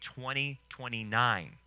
2029